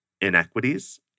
inequities